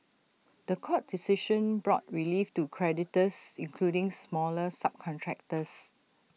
The Court decision brought relief to creditors including smaller subcontractors